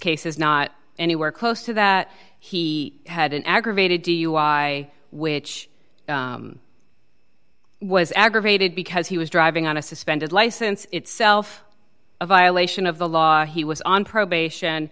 case is not anywhere close to that he had an aggravated dui which was aggravated because he was driving on a suspended license itself a violation of the law he was on probation